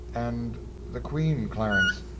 and the queen, clarence?